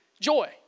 joy